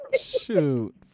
shoot